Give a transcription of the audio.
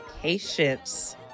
Patience